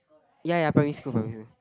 ya ya primary school primary school